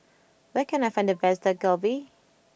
where can I find the best Dak Galbi